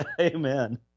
Amen